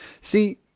See